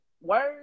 words